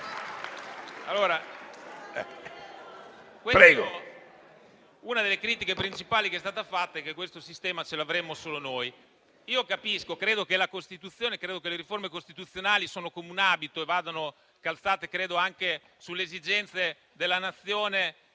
Una delle critiche principali che è stata fatta è che questo sistema ce lo avremmo solo noi. Lo capisco, credo che le riforme costituzionali siano come un abito e vadano calzate anche sulle esigenze della Nazione e